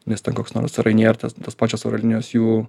nes ten koks nors ryanair tas tos pačios oro linijos jų